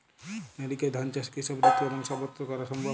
NERICA ধান চাষ কি সব ঋতু এবং সবত্র করা সম্ভব?